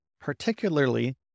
particularly